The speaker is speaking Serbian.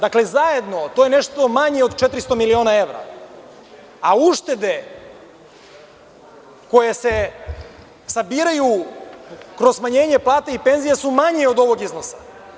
Dakle, zajedno, to je nešto manje od 400 miliona evra, a uštede koje se sabiraju kroz smanjenje plata i penzija su manje od ovog iznosa.